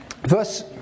verse